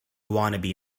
wannabe